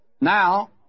Now